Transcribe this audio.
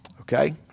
okay